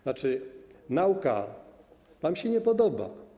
Znaczy, nauka wam się nie podoba.